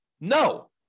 No